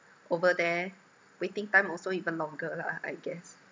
over there waiting time also even longer lah I guess